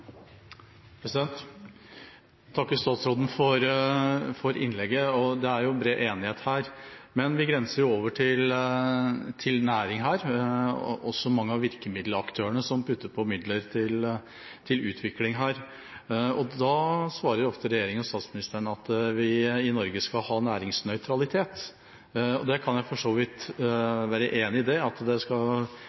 bred enighet her, men vi grenser over til næring her – det er også mange av virkemiddelaktørene som putter på midler til utvikling. Da svarer ofte regjeringa og statsministeren at vi i Norge skal ha næringsnøytralitet. Jeg kan for så vidt være enig i at det skal